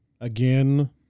again